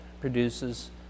produces